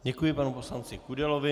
Děkuji panu poslanci Kudelovi.